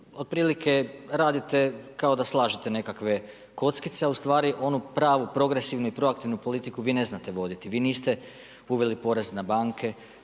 otprilike radite, kao da slažete nekakve kockice a ustvari, onu pravu, progresivnu, proaktivnu politiku, vi ne znate voditi. Vi niste uveli porez na banke,